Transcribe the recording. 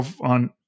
on, –